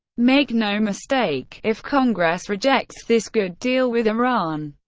make no mistake if congress rejects this good deal with iran,